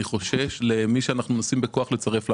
אני חושש למי שאנחנו מנסים בכוח לצרף לענף.